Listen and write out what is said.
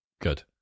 good